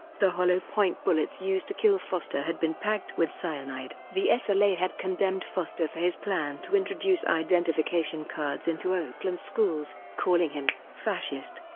the hollow-point bullets used to kill foster had been packed with cyanide. the sla had condemned foster for his plan to introduce identification cards into oakland schools, calling him fascist.